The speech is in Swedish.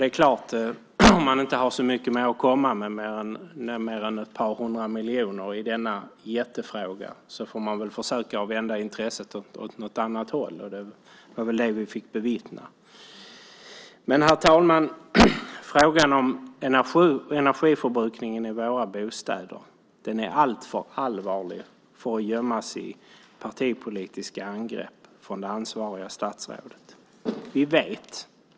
Det är klart: Har man inte mycket mer att komma med än ett par hundra miljoner i denna jättefråga får man väl försöka vända intresset åt något annat håll. Det var väl detta vi fick bevittna. Men, herr talman, frågan om energiförbrukningen i våra bostäder är alltför allvarlig för att gömmas i partipolitiska angrepp från det ansvariga statsrådet.